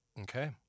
Okay